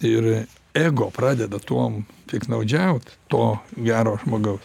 ir ego pradeda tuom piktnaudžiaut to gero žmogaus